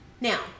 Now